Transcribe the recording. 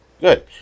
good